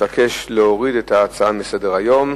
מבקש להוריד את ההצעה מסדר-היום.